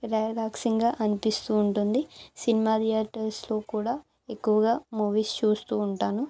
రేరాక్సింగ్గా అనిపిస్తు ఉంటుంది సినిమా రియాటర్స్లో కూడా ఎక్కువగా మూవీస్ చూస్తు ఉంటాను